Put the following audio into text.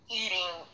eating